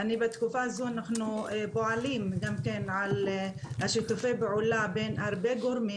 בתקופה זו אנחנו פועלים על שיתופי פעולה בין הרבה גורמים,